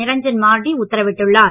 நிரஞ்சன் மார்டி உத்தரவிட்டுள்ளார்